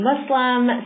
Muslim